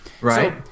Right